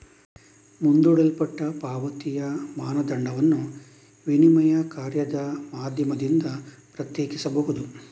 ಮುಂದೂಡಲ್ಪಟ್ಟ ಪಾವತಿಯ ಮಾನದಂಡವನ್ನು ವಿನಿಮಯ ಕಾರ್ಯದ ಮಾಧ್ಯಮದಿಂದ ಪ್ರತ್ಯೇಕಿಸಬಹುದು